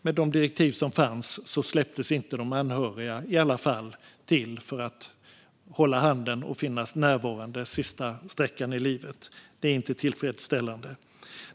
Med de direktiv som fanns släpptes de anhöriga inte in för att hålla handen och vara närvarande under den sista sträckan i livet. Det är inte tillfredsställande.